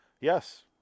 yes